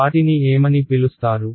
వాటిని ఏమని పిలుస్తారు